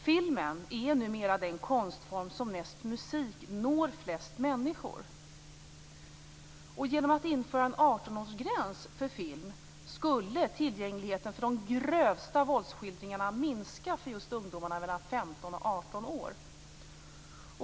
Filmen är numera den konstform som efter musiken når flest människor. Genom att införa en 18-årsgräns för film skulle tillgängligheten för de grövsta våldsskildringarna minska för just ungdomar mellan 15 och 18 år.